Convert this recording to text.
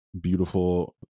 beautiful